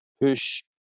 push